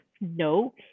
No